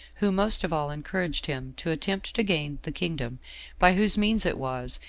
who most of all encouraged him to attempt to gain the kingdom by whose means it was,